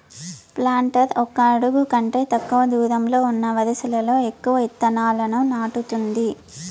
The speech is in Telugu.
ప్లాంటర్ ఒక అడుగు కంటే తక్కువ దూరంలో ఉన్న వరుసలలో ఎక్కువ ఇత్తనాలను నాటుతుంది